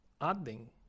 adding